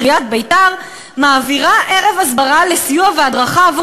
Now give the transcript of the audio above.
עיריית ביתר מעבירה ערב הסברה לסיוע והדרכה עבור